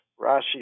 Rashi